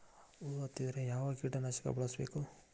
ಹುಳು ಹತ್ತಿದ್ರೆ ಯಾವ ಕೇಟನಾಶಕ ಬಳಸಬೇಕ?